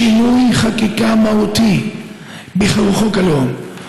שלנו היא שינוי חקיקה מהותי בחוק הלאום.